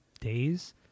days